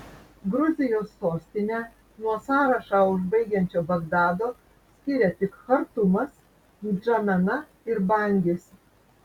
gruzijos sostinę nuo sąrašą užbaigiančio bagdado skiria tik chartumas ndžamena ir bangis